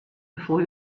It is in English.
before